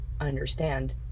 understand